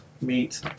meat